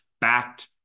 backed